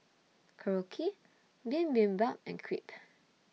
Korokke Bibimbap and Crepe